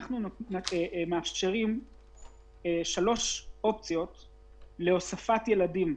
אנחנו מאפשרים שלוש אופציות להוספת ילדים.